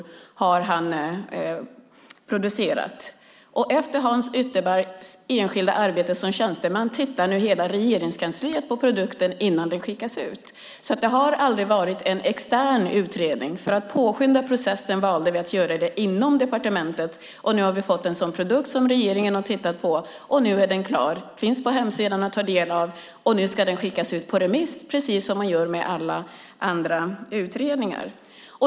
Efter Hans Ytterbergs enskilda arbete har hela Regeringskansliet tittat på produkten innan den skickas ut. Det har alltså aldrig varit en extern utredning, utan för att påskynda processen valde vi att göra det inom departementet. Vi har fått en produkt som regeringen har tittat på och som man kan ta del av på hemsidan. Nu skickas den ut på remiss, precis som man gör med alla andra utredningar.